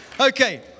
Okay